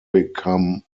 become